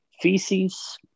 feces